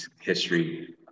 history